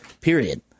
Period